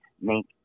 make